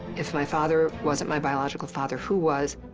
if my father wasn't my biological father, who was?